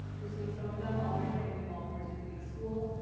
we're seeing some of them already getting involved more deeply in the school.